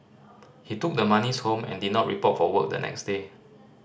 he took the monies home and did not report for work the next day